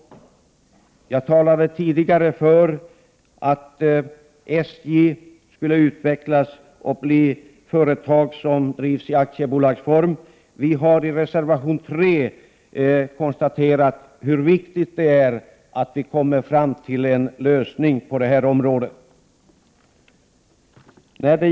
Jag talade tidigare för att SJ skulle utvecklas och bli ett företag som drivsi aktiebolagsform. Vi har i reservation 3 konstaterat hur viktigt det är att komma fram till en lösning på detta område.